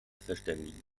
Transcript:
verständigen